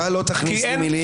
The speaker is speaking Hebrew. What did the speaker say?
אתה לא תכניס לי מילים לתוך הפה.